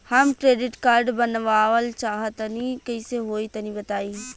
हम credit card बनवावल चाह तनि कइसे होई तनि बताई?